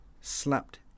slapped